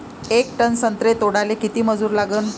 येक टन संत्रे तोडाले किती मजूर लागन?